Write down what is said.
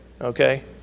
okay